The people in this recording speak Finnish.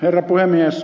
herra puhemies